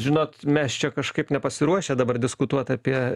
žinot mes čia kažkaip nepasiruošę dabar diskutuot apie